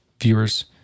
viewers